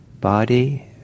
body